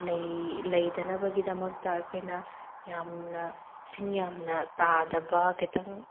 ꯂꯩꯇꯅꯕꯒꯤꯗꯃꯛꯇ ꯑꯩꯈꯣꯏꯅ ꯌꯥꯝꯅ ꯏꯁꯤꯡ ꯌꯥꯝꯅ ꯇꯥꯗꯕ ꯈꯤꯇꯪ